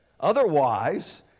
Otherwise